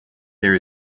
there